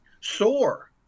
sore